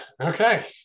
okay